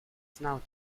знал